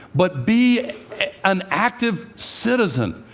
but be an active citizen.